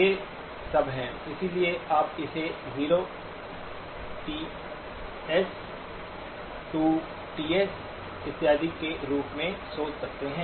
ये सब हैं इसलिए आप इसे 0 टी स 2 टी स इत्यादि के रूप में सोच सकते हैं